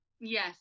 Yes